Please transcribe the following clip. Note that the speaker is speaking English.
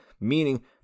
meaning